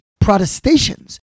protestations